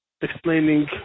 explaining